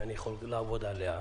שאני יכול לעבוד עליה,